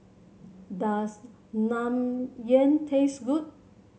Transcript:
does Naengmyeon taste good